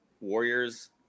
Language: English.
Warriors